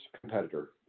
competitor